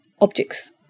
objects